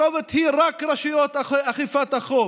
הכתובת היא רק רשויות אכיפת החוק.